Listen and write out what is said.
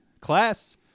class